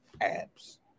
abs